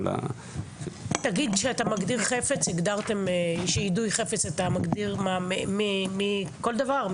ביידוי חפץ, אתה מגדיר כל דבר?